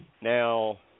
Now